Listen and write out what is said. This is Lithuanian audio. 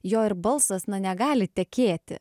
jo ir balsas na negali tekėti